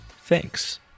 Thanks